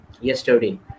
yesterday